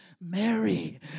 Mary